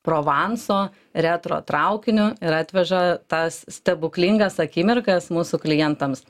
provanso retro traukiniu ir atveža tas stebuklingas akimirkas mūsų klientams